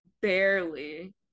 Barely